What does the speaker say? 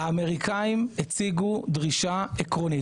האמריקנים הציגו דרישה עקרונית.